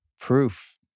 Proof